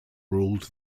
ruled